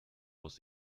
was